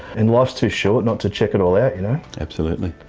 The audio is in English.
and life's too short not to check it all out you know. absolutely.